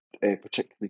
particularly